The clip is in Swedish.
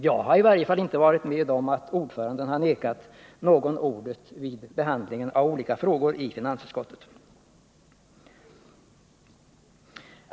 Jag har i varje fall inte varit med om att ordföranden vägrat någon ordet vid behandlingen av olika frågor i finansutskottet.